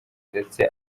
ndetse